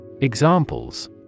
Examples